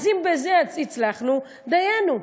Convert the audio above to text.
אז אם בזה הצלחנו, דיינו.